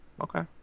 okay